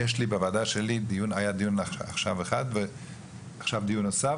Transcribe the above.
בוועדה שלי היה דיון אחד ועכשיו יש דיון נוסף,